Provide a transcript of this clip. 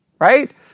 Right